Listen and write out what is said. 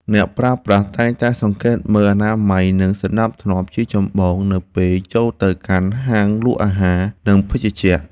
អ្នកប្រើប្រាស់តែងតែសង្កេតមើលអនាម័យ និងសណ្តាប់ធ្នាប់ជាចម្បងនៅពេលចូលទៅកាន់ហាងលក់អាហារ និងភេសជ្ជៈ។